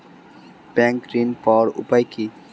Bank ঋণ পাওয়ার উপায় কি?